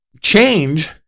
change